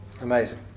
Amazing